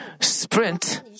sprint